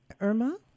Irma